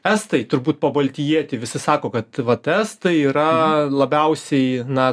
estai turbūt pabaltijiety visi sako kad va estai yra labiausiai na